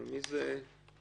מי זה המנהל?